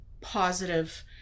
positive